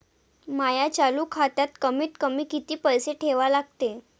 माया चालू खात्यात कमीत कमी किती पैसे ठेवा लागते?